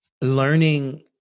learning